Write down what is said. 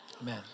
Amen